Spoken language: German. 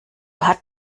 hat